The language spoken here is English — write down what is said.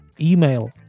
Email